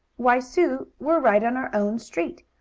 why, sue, we're right on our own street.